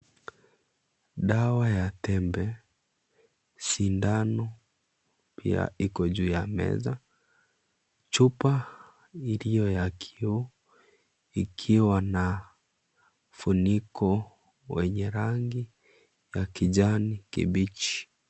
Dawa ya tembe, sindano pia iko juu ya meza. Chupa iliyo ya kioo, ikiwa na funiko wenye rangi ya kijani kibichi.